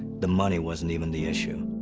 the money wasn't even the issue.